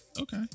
okay